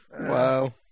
Wow